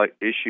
issue